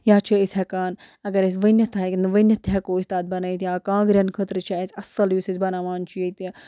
یا چھِ أسۍ ہٮ۪کان اگر أسۍ ؤنِتھ نہٕ ؤنِتھ تہِ ہٮ۪کو أسۍ تَتھ بَنٲیِتھ یا کانٛگرٮ۪ن خٲطرٕ چھِ اَسہِ اَصٕل یُس أسۍ بَناوان چھِ ییٚتہِ